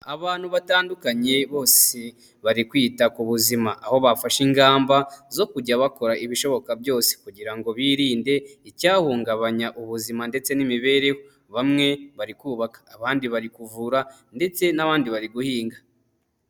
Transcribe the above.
Abantu batandukanye, bose bari kwita ku buzima. Aho bafashe ingamba zo kujya bakora ibishoboka byose kugira ngo birinde icyahungabanya ubuzima ndetse n'imibereho. Bamwe bari kubaka, abandi bari kuvura, ndetse n'abandi bari guhinga.